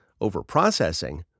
overprocessing